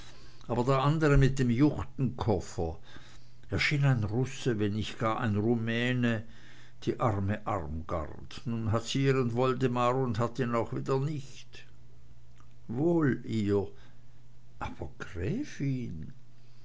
aber der andre mit dem juchtenkoffer er schien ein russe wenn nicht gar ein rumäne die arme armgard nun hat sie ihren woldemar und hat ihn auch wieder nicht wohl ihr aber gräfin